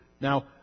Now